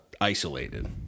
isolated